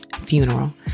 funeral